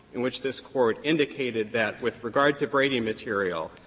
in which this court indicated that with regard to brady material,